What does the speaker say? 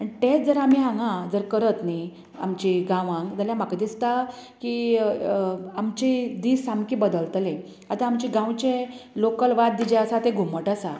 आनी ते जर आमी हांगा जर करत न्ही आमचे गांवांत जाल्यार म्हाका दिसता की आमचे दीस सामके बदलतले आतां आमचे गांवचें लाॅकल वाद्य जें आसा तें घुमट आसा